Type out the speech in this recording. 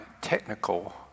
technical